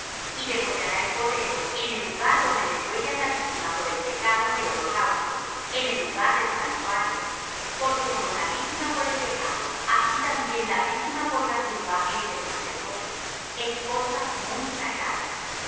y degollará el cordero en el lugar donde degüellan la víctima por el pecado y el holocausto en el lugar del santuario porque como la víctima por el pecado así también la víctima por la culpa es del sacerdote es cosa muy sagrada